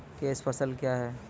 Cash फसल क्या हैं?